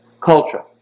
culture